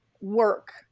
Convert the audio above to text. work